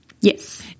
Yes